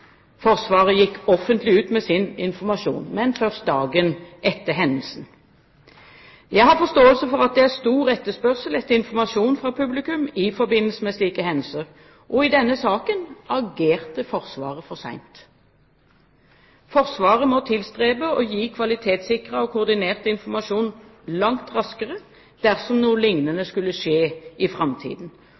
Forsvaret gikk offentlig ut med sin informasjon, men først dagen etter hendelsen. Jeg har forståelse for at det er stor etterspørsel etter informasjon fra publikum i forbindelse med slike hendelser, og i denne saken agerte Forsvaret for sent. Forsvaret må tilstrebe å gi kvalitetssikret og koordinert informasjon langt raskere dersom noe lignende skulle skje i framtiden.